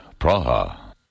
Praha